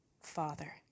Father